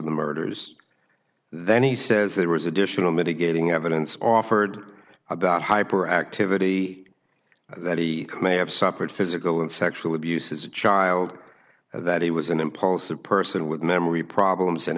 the murders then he says there was additional mitigating evidence offered about hyper activity that he may have suffered physical and sexual abuse as a child that he was an impulsive person with memory problems